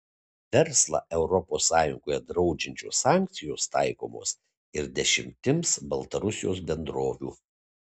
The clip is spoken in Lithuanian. verslą europos sąjungoje draudžiančios sankcijos taikomos ir dešimtims baltarusijos bendrovių